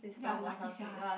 ya lucky sia